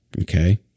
Okay